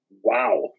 Wow